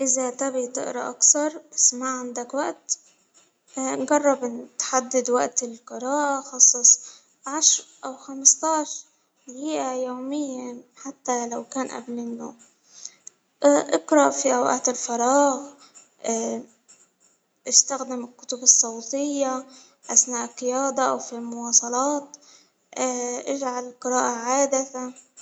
إذا تبغي تقرأ أكتر بس ما عندك وقت جرب تحدد وقت للقراءة أو خمسة عشر دقيقة يوميا، حتى لو كان قبل النوم، إقرأ في وقت الفراغ، إستخدم إسمع رياضة أو في المواصلات، إجعل القراءة عادة.